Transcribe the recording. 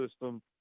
system